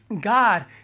God